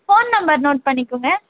phone number note பண்ணிக்கங்க